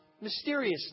mysteriously